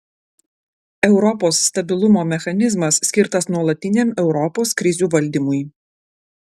europos stabilumo mechanizmas skirtas nuolatiniam europos krizių valdymui